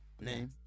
Name